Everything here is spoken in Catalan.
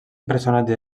personatge